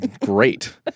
Great